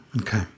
Okay